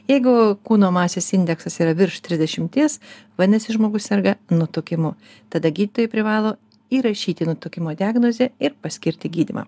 jeigu kūno masės indeksas yra virš trisdešimties vadinasi žmogus serga nutukimu tada gydytojai privalo įrašyti nutukimo diagnozę ir paskirti gydymą